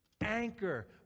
anchor